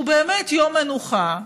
שהוא באמת יום מנוחה,